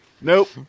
Nope